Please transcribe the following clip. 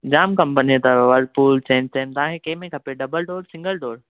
जाम कंपनीअ जी अथव वरपूल सैमसंग तव्हां खे कंहिं में खपे डबल डोर सिंगल डोर